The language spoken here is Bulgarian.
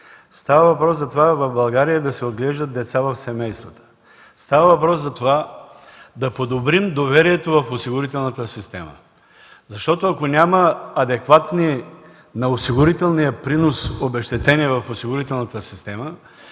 става въпрос за това в България да се отглеждат деца в семействата; става въпрос за това да подобрим доверието в осигурителната система. Защото ако няма адекватни на осигурителния принос обезщетения в осигурителната система,